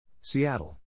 Seattle